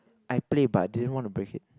I play but I didn't want to break it